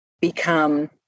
become